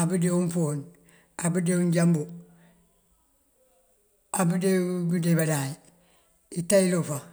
abundee umpum, abundee unjambu, abundee pëndee baláaj ita ilofaŋ.